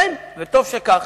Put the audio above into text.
אין, וטוב שכך.